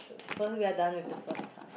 so first we are done with the first task